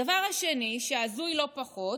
הדבר השני, שהוא הזוי לא פחות,